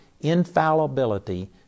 infallibility